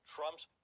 Trump's